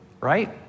right